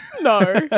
No